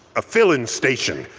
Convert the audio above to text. a filling station.